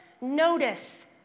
notice